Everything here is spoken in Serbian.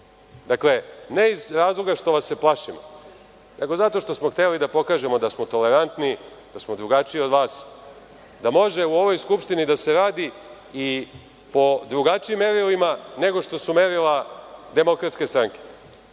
Dakle, ne iz razloga što vas se plašimo, nego zato što smo hteli da pokažemo da smo tolerantni, da smo drugačiji od vas, da može u ovoj Skupštini da se radi i po drugačijim merilima, nego što su merila DS.Dakle,